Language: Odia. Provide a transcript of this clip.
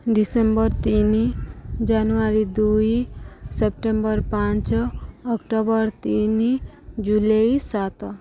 ଡିସେମ୍ବର ତିନି ଜାନୁଆରୀ ଦୁଇ ସେପ୍ଟେମ୍ବର ପାଞ୍ଚ ଅକ୍ଟୋବର ତିନି ଜୁଲାଇ ସାତ